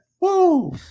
Woo